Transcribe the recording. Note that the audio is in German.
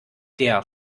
der